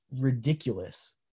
ridiculous